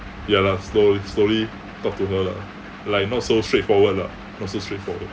ya lah slow slowly talk to her lah like not so straightforward lah not so straightforward